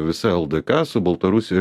visa ldk su baltarusija